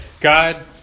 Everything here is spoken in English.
God